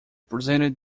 presented